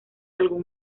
algún